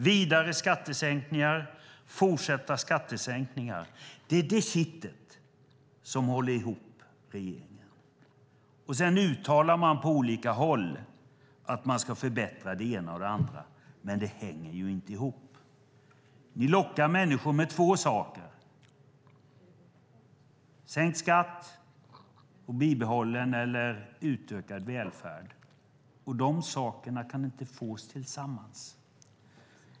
Vidare skattesänkningar, fortsatta skattesänkningar, det är det kittet som håller ihop regeringen. Sedan uttalar man på olika håll att man ska förbättra det ena och det andra, men det hänger ju inte ihop. Ni lockar människor med två saker: sänkt skatt och bibehållen eller utökad välfärd. De sakerna kan inte fås tillsammans.